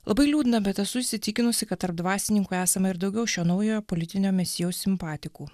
labai liūdna bet esu įsitikinusi kad tarp dvasininkų esama ir daugiau šio naujojo politinio mesijo simpatikų